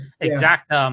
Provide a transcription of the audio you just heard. exact